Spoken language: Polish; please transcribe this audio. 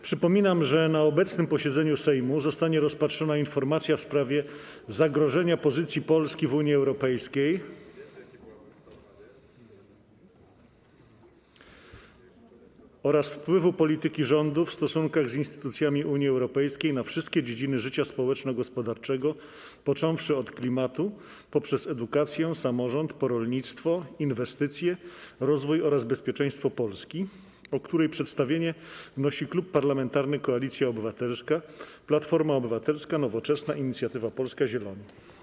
Przypominam, że na obecnym posiedzeniu Sejmu zostanie rozpatrzona informacja w sprawie zagrożenia pozycji Polski w Unii Europejskiej oraz wpływu polityki rządu w stosunkach z instytucjami Unii Europejskiej na wszystkie dziedziny życia społeczno-gospodarczego, począwszy od klimatu, poprzez edukację, samorząd, po rolnictwo, inwestycje, rozwój oraz bezpieczeństwo Polski, o której przedstawienie wnosi Klub Parlamentarny Koalicja Obywatelska - Platforma Obywatelska, Nowoczesna, Inicjatywa Polska, Zieloni.